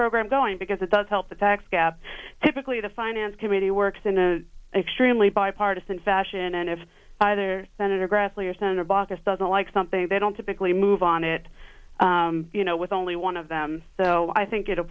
program going because it does help the tax gap typically the finance committee works in a extremely bipartisan fashion and if either senator grassley or senator baucus doesn't like something they don't typically move on it you know with only one of them so i think it'll